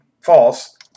false